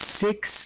six